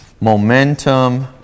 momentum